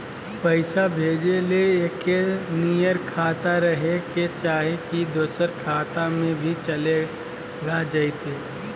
पैसा भेजे ले एके नियर खाता रहे के चाही की दोसर खाता में भी चलेगा जयते?